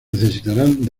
necesitarán